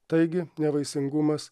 taigi nevaisingumas